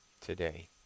today